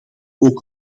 ook